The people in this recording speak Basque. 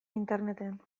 interneten